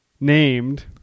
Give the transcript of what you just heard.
named